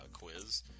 quiz